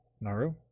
Naru